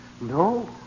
No